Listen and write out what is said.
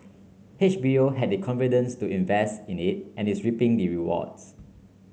H B O had the confidence to invest in it and is reaping the rewards